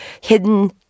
hidden